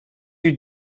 you